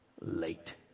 late